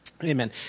Amen